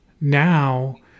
now